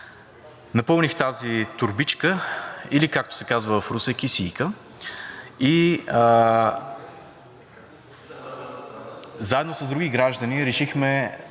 напълних тази, или както се казва в Русе кесийка, и заедно с други граждани решихме